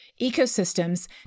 ecosystems